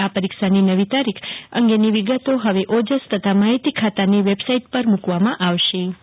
આ પરીક્ષાની નવી તારીખ અંગેની વિગતો માટે ઓજસ તથા માહિતી ખાતાની વેબસાઈટ પર મુકવામાં આવશે જાગૃતિ વકીલ